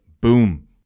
boom